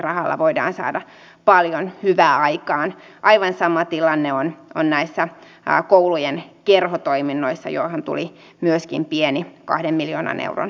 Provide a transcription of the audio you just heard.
jos me jäämme suomessa ainoana tähän nollakasvun kierteeseen niin tulokset voivat olla erittäin kohtalokkaita siinä vaiheessa kun euroopan keskuspankki kiristää taloutta